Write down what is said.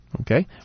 Okay